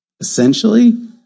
Essentially